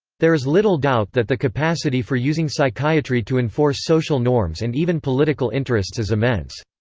there is little doubt that the capacity for using psychiatry to enforce social norms and even political interests is immense.